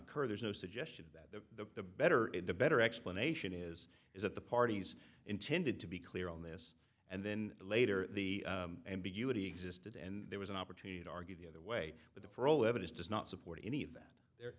occur there's no suggestion that the the better in the better explanation is is that the parties intended to be clear on this and then later the ambiguity existed and there was an opportunity to argue the other way with the parole evidence does not support any of that there